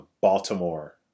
Baltimore